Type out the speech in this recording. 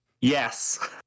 yes